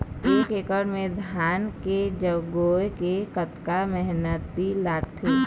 एक एकड़ म धान के जगोए के कतका मेहनती लगथे?